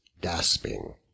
gasping